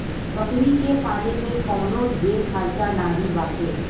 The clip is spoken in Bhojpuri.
बकरी के पाले में कवनो ढेर खर्चा नाही बाटे